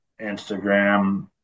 Instagram